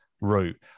route